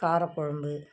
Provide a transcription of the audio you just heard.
கார குழம்பு